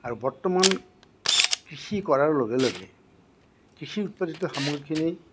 আৰু বৰ্তমান কৃষি কৰাৰ লগে লগে কৃষিৰ উৎপাদিত সামগ্ৰীখিনি